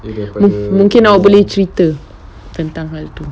oh mungkin awak boleh cerita tentang hal tu